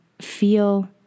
feel